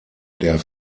der